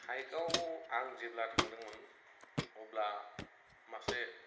हाइकआव आं जेब्ला थांदोंमोन अब्ला मासे